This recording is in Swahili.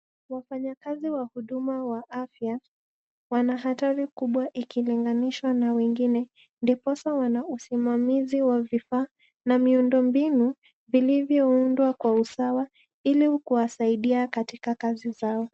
Wafanyakazi wa huduma wa afya, wana hatari kubwa ikilinganishwa na wengine ndiposa wana usimamizi wa vifaa na miundombinu vilivyoundwa kwa usawa ili kuwasaidia katika kazi zao.